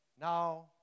Now